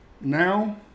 now